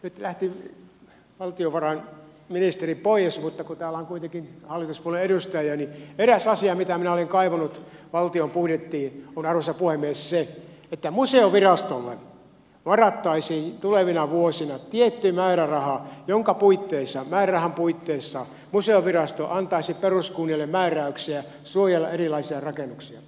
nyt lähti valtiovarainministeri pois mutta kun täällä on kuitenkin hallituspuolueiden edustajia niin eräs asia mitä minä olen kaivannut valtion budjettiin on arvoisa puhemies se että museovirastolle varattaisiin tulevina vuosina tietty määräraha jonka puitteissa museovirasto antaisi peruskunnille määräyksiä suojella erilaisia rakennuksia